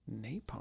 napalm